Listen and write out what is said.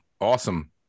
awesome